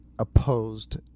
Opposed